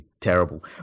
terrible